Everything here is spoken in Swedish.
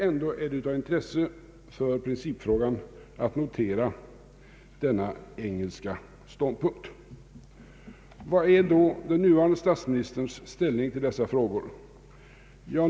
Men ändå är det av intresse för principfrågan att notera denna engelska ståndpunkt. Vad är då den nuvarande statsministerns inställning i dessa frågor?